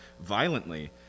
violently